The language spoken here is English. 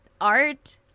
art